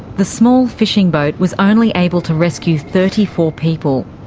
the small fishing boat was only able to rescue thirty four people.